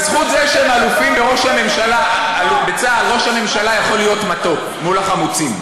בזכות זה שהם אלופים בצה"ל ראש הממשלה יכול להיות מתוק מול החמוצים.